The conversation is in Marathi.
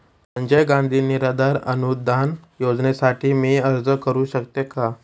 संजय गांधी निराधार अनुदान योजनेसाठी मी अर्ज करू शकते का?